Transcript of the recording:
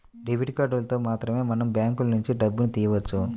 debit కార్డులతో మాత్రమే మనం బ్యాంకులనుంచి డబ్బును తియ్యవచ్చు